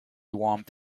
warmth